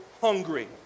hungry